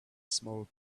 small